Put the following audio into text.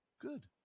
good